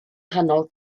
nghanol